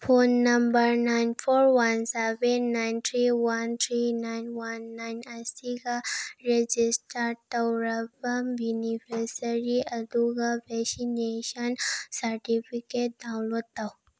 phone number nine four one seven nine three one three nine one nine ꯑꯁꯤꯒ register ꯇꯧꯔꯕ beneficiary ꯑꯗꯨꯒ vaccination certificate download ꯇꯧ